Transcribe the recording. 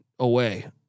Away